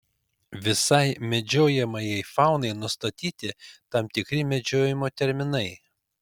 visai medžiojamajai faunai nustatyti tam tikri medžiojimo terminai